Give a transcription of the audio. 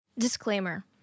Disclaimer